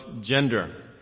gender